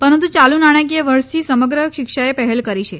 પરંતુ ચાલુ નાણાકીય વર્ષથી સમગ્ર શિક્ષાએ પહેલ કરી છે